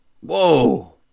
Whoa